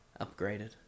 upgraded